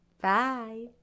Bye